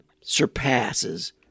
surpasses